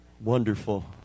wonderful